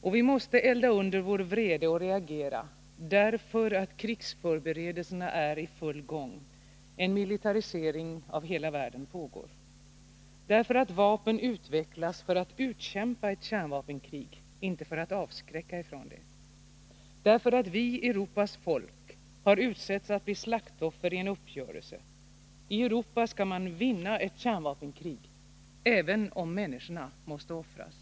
Och vi måste elda under vår vrede och reagera därför att krigsförberedelserna är i full gång — en militarisering av hela världen pågår, därför att vapen utvecklas för att man skall kunna utkämpa ett kärnvapenkrig, inte för att avskräcka ifrån det, därför att vi, Europas folk, har utsetts att bli slaktoffer i en uppgörelse. I Europa skall man ”vinna” ett kärnvapenkrig, även om människorna måste offras.